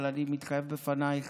אבל אני מתחייב בפנייך